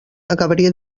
acabaria